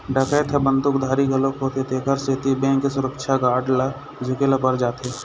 डकैत ह बंदूकधारी घलोक होथे तेखर सेती बेंक के सुरक्छा गार्ड ल झूके ल पर जाथे